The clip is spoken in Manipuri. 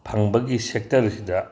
ꯐꯪꯕꯒꯤ ꯁꯦꯛꯇꯔꯁꯤꯗ